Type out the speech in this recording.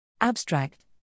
Abstract